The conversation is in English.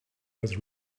was